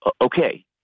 Okay